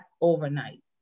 overnight